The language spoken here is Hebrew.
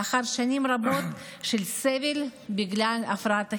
לאחר שנים רבות של סבל בגלל הפרעת אכילה.